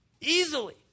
easily